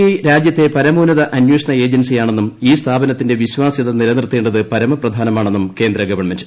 I രാജ്യത്തെ പരമോന്റിൽ അന്വേഷണ ഏജൻസിയാണെന്നും ഈ സ്ഥാപന്നത്തിന്റെ വിശ്വാസ്യത നിലനിർത്തേണ്ടത് പരമപ്പ്രധാന്മാണെന്നു കേന്ദ്ര ഗവൺമെന്റ്